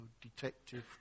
detective